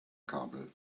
kabel